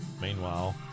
Meanwhile